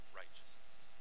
righteousness